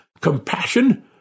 compassion